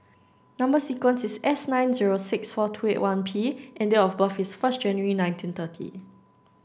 number sequence is S nine zero six four two eight one P and date of birth is first January nineteen thirty